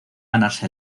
ganarse